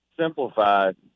simplified